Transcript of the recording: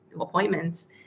appointments